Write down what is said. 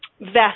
vest